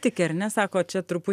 tiki ar ne sako čia trupu